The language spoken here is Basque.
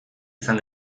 izan